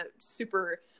super